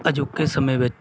ਅਜੋਕੇ ਸਮੇਂ ਵਿੱਚ